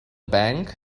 bank